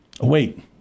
Wait